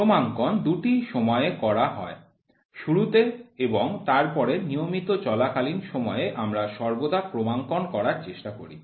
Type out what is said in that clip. ক্রমাঙ্কন দুটি সময়ে করা হয় শুরুতে এবং তারপরে নিয়মিত চলাকালীন সময়ে আমরা সর্বদা ক্রমাঙ্কন করার চেষ্টা করি